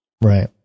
Right